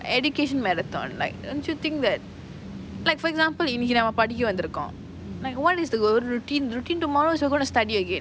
education marathon like don't you think that like for example இன்னிக்கி நம்ம படிக்க வந்து இருக்கோம்:iniki namma padika vanthu irukom like what is the world routine routine tommorrow we are going to study again